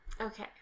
Okay